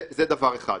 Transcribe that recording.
זה דבר אחד.